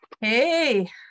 Hey